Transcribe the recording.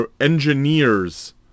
engineers